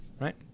right